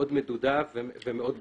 מאוד מדודה ומאוד ברורה.